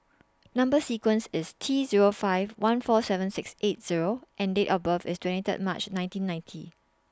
Number sequence IS T Zero five one four seven six eight Zero and Date of birth IS twenty Third March nineteen ninety